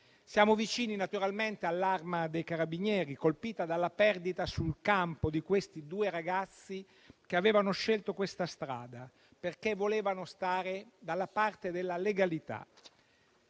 Siamo vicini, naturalmente, all'Arma dei carabinieri colpita dalla perdita sul campo di questi due ragazzi che avevano scelto questa strada perché volevano stare dalla parte della legalità.